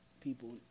people